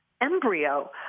embryo